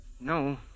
No